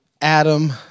Adam